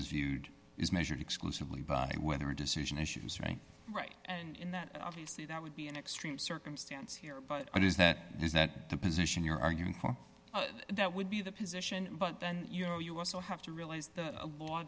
viewed as measured exclusively by whether a decision issues rank right and in that obviously that would be an extreme circumstance here but i do is that is that the position you're arguing for that would be the position but then you know you also have to realize the law